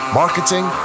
marketing